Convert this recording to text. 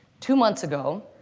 two months ago,